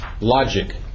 Logic